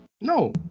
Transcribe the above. No